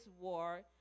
war